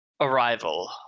arrival